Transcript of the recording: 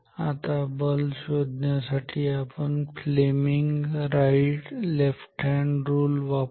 आता बल शोधण्यासाठी आपण फ्लेमिंग लेफ्ट हॅन्ड रुल वापरु